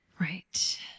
right